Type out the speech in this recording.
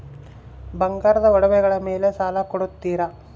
ಬಂಗಾರದ ಒಡವೆಗಳ ಮೇಲೆ ಸಾಲ ಕೊಡುತ್ತೇರಾ?